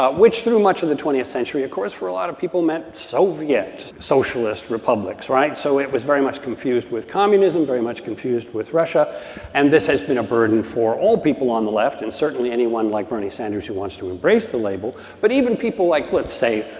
ah which, through much of the twentieth century, of course, for a lot of people meant soviet socialist republics, right? so it was very much confused with communism, very much confused with russia and this has been a burden for all people on the left and certainly anyone like bernie sanders, who wants to embrace the label. but even people like, let's say,